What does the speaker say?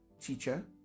Teacher